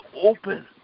open